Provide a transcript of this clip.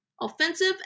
Offensive